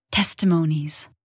testimonies